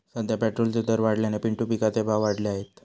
सध्या पेट्रोलचे दर वाढल्याने पिंटू पिकाचे भाव वाढले आहेत